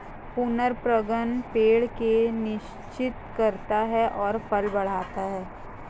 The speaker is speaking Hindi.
पूर्ण परागण पेड़ को निषेचित करता है और फल बढ़ता है